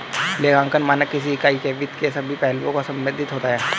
लेखांकन मानक किसी इकाई के वित्त के सभी पहलुओं से संबंधित होता है